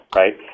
right